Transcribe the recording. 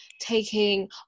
taking